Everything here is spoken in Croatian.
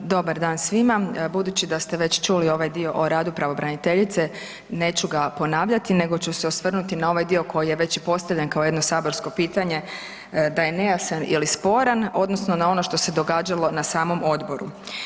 Dobar dan svima, budući da ste već čuli ovaj dio o radu pravobraniteljice, neću ga ponavljati nego ću se osvrnuti na ovaj dio već postavljen kao jedno saborsko pitanje a je nejasan ili sporan odnosno na ono što se događalo na samom odboru.